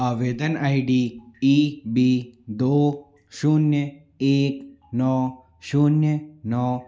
आवेदन I D E B दो शून्य एक नौ शून्य नौ